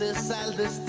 ah salvage